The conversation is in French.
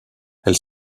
elle